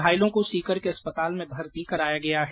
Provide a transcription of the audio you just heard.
घायलों को सीकर के अस्पताल में भर्ती कराया गया है